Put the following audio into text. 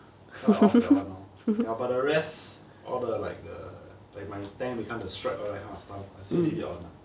so I off that one lor ya but the rest all the like the like my tank become the strike that kind of stuff I still leave it on ah